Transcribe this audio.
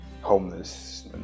homeless